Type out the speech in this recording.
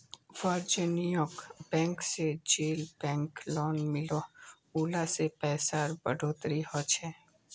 वानिज्ज्यिक बैंक से जेल बैंक लोन मिलोह उला से पैसार बढ़ोतरी होछे